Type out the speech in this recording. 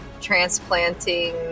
transplanting